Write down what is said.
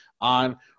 on